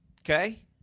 Okay